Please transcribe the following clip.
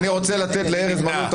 מי נמנע?